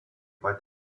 pat